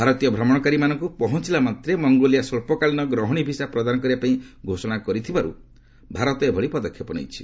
ଭାରତୀୟ ଭ୍ରମଣକାରୀମାନଙ୍କୁ ପହଞ୍ଚୁଲାମାତ୍ରେ ମଙ୍ଗୋଲିଆ ସ୍ୱଚ୍ଚକାଳୀନ ରହଣୀ ଭିସା ପ୍ରଦାନ କରିବା ପାଇଁ ଘୋଷଣା କରିଥିବାରୁ ଭାରତ ଏଭଳି ପଦକ୍ଷେପ ନେଇଛି